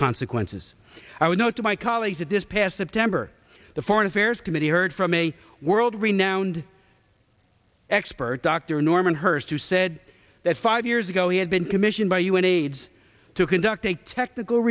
consequences i would note to my colleagues at this past september the foreign affairs committee heard from a world renowned expert dr norman hurst who said that five years ago he had been commissioned by un aids to conduct a technical